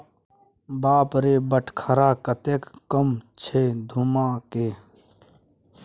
बाप रे बटखरा कतेक कम छै धुम्माके